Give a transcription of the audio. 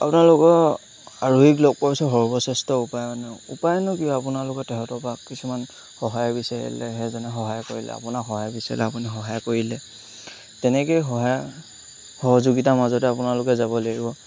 আপোনালোকৰ আৰোহীক লগ কৰিছোঁ সৰ্বশ্ৰেষ্ঠ উপায় মানে উপায়নো কি আপোনালোকে তেহেঁতৰপৰা কিছুমান সহায় বিচাৰিলে সেইজনে সহায় কৰিলে আপোনাক সহায় বিচাৰিলে আপুনি সহায় কৰিলে তেনেকৈয়ে সহায় সহযোগিতাৰ মাজতে আপোনালোকে যাব লাগিব